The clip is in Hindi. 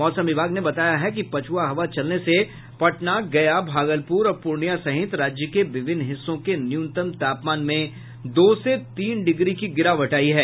मौसम विभाग ने बताया है कि पछुआ हवा चलने से पटना गया भागलपुर और पूर्णिया सहित राज्य के विभिन्न हिस्सों के न्यूनतम तापमान में दो से तीन डिग्री की गिरावट आयी है